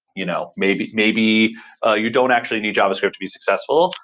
you know maybe maybe ah you don't actually need javascript to be successful.